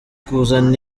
kuzana